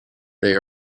they